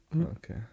Okay